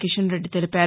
కిషన్రెడ్డి తెలిపారు